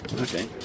Okay